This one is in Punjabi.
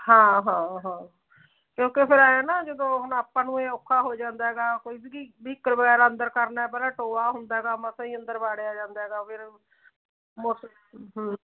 ਹਾਂ ਹਾਂ ਹਾਂ ਕਿਉਂਕਿ ਫਿਰ ਆਏ ਆ ਨਾ ਜਦੋਂ ਹੁਣ ਆਪਾਂ ਨੂੰ ਇਹ ਔਖਾ ਹੋ ਜਾਂਦਾ ਹੈਗਾ ਕੋਈ ਵੀਹਕਲ ਵਗੈਰਾ ਅੰਦਰ ਕਰਨਾ ਪਰਾ ਟੋਆ ਹੁੰਦਾ ਮਸਾਂ ਹੀ ਅੰਦਰ ਵਾੜਿਆ ਜਾਂਦਾ ਫਿਰ ਮੋਟਰ